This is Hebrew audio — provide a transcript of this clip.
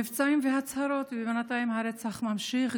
מבצעים והצהרות, ובינתיים הרצח נמשך.